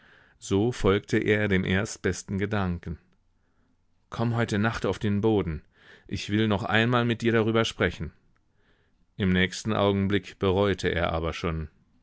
so folgte er dem erstbesten gedanken komm heute nacht auf den boden ich will noch einmal mit dir darüber sprechen im nächsten augenblick bereute er aber schon